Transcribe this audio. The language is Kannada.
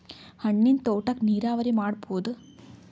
ಹಣ್ಣಿನ್ ತೋಟಕ್ಕ ನೀರಾವರಿ ಮಾಡಬೋದ?